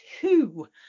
two